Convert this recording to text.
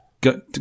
Go